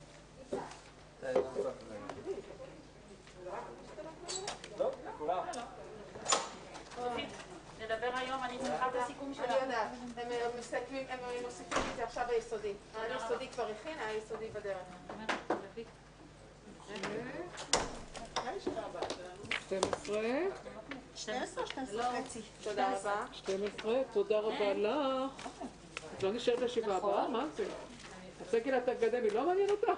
11:20.